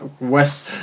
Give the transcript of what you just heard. West